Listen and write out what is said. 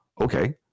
okay